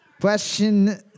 Question